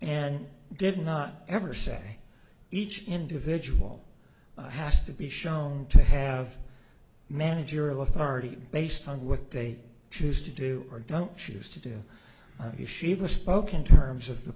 and did not ever say each individual has to be shown to have managerial authority based on what they choose to do or don't choose to do if she even spoke in terms of the